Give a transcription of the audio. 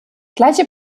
gleiche